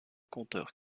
conteur